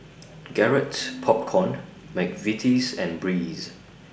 Garrett Popcorn Mcvitie's and Breeze